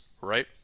right